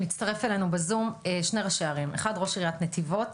מצטרפים אלינו בזום שני ראשי ערים: ראש עיריית נתיבות,